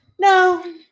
No